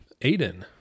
Aiden